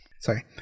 Sorry